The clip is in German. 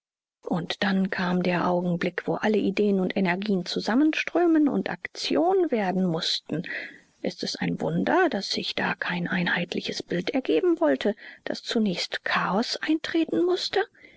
und dann kam der augenblick wo alle ideen und energien zusammenströmen und aktion werden mußten ist es ein wunder daß sich da kein einheitliches bild ergeben wollte daß zunächst chaos eintreten mußte